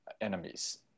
enemies